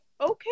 okay